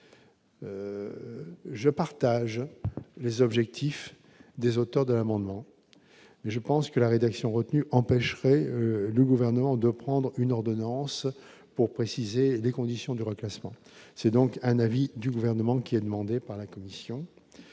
je partage les objectifs des auteurs de l'amendement, mais je pense que la rédaction retenue empêcherait le gouvernement de prendre une ordonnance pour préciser les conditions de reclassement, c'est donc un avis du gouvernement, qui a demandé par la Commission